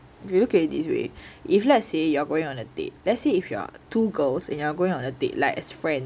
you look at it this way if let's say you're going on a date let's say if you are two girls and you're going on a date like as friends